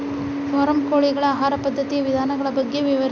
form ಕೋಳಿಗಳ ಆಹಾರ ಪದ್ಧತಿಯ ವಿಧಾನಗಳ ಬಗ್ಗೆ ವಿವರಿಸಿ